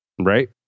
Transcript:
Right